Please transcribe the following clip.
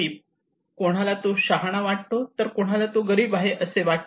कोणाला तरी तो शहाणा वाटतो तर कुणाला तो गरीब आहे असे वाटते